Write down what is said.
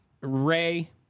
Ray